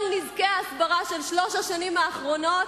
כל נזקי ההסברה של שלוש השנים האחרונות,